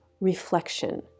reflection